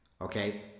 Okay